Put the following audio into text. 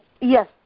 Yes